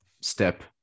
step